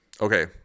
Okay